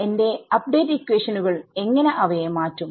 എന്റെ അപ്ഡേറ്റ് ഇക്വേഷനുകൾ എങ്ങനെ അവയെ മാറ്റും